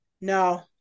No